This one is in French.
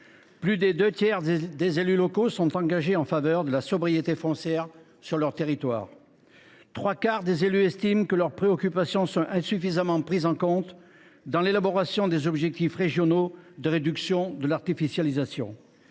Plus des deux tiers des élus locaux sont engagés en faveur de la sobriété foncière sur leur territoire. Trois quarts des élus estiment que leurs préoccupations sont insuffisamment prises en compte dans l’élaboration des objectifs régionaux de réduction de l’artificialisation.